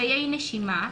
קשיי נשימה,